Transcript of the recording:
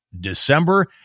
December